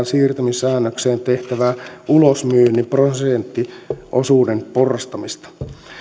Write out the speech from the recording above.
siirtymäsäännökseen tehtävää ulosmyynnin prosenttiosuuden porrastamista